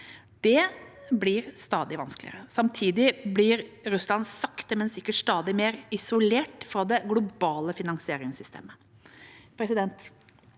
Det blir stadig vanskeligere. Samtidig blir Russland sakte, men sikkert stadig mer isolert fra det globale finansieringssystemet. Sanksjonene